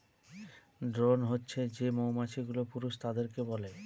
drone হছে যে মৌমাছি গুলো পুরুষ তাদেরকে বলে